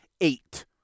eight